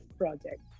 project